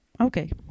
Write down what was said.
okay